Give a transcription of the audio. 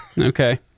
Okay